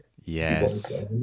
yes